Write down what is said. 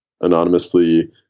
anonymously